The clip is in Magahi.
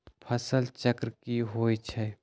फसल चक्र की होई छै?